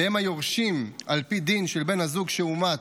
והם היורשים על פי דין של בן הזוג שהומת